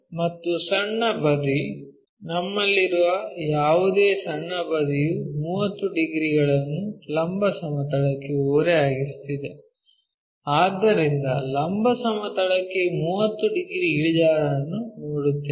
ಮತ್ತು ಸಣ್ಣ ಬದಿ ನಮ್ಮಲ್ಲಿರುವ ಯಾವುದೇ ಸಣ್ಣ ಬದಿಯು 30 ಡಿಗ್ರಿಗಳನ್ನು ಲಂಬ ಸಮತಲಕ್ಕೆ ಓರೆಯಾಗಿಸುತ್ತಿದೆ ಆದ್ದರಿಂದ ಲಂಬ ಸಮತಲಕ್ಕೆ 30 ಡಿಗ್ರಿ ಇಳಿಜಾರನ್ನು ನೋಡುತ್ತೇವೆ